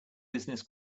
business